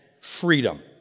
freedom